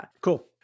Cool